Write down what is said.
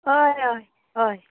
हय हय हय